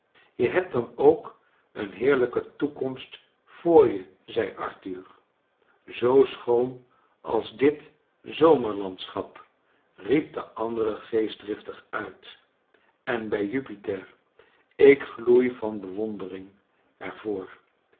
je hebt dan ook een heerlijke toekomst voor je zei arthur zoo schoon als dit zomerlandschap riep de andere geestdriftig uit en bij jupiter ik gloei van bewondering